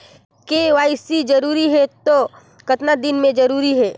KYC जरूरी हे तो कतना दिन मे जरूरी है?